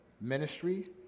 ministry